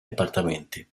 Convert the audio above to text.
appartamenti